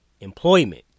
Employment